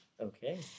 Okay